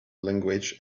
language